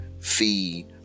fee